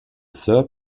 sir